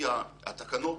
לפי התקנות